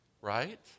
Right